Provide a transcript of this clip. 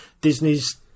Disney's